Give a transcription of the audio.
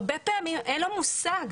הרבה פעמים אין לו מושג.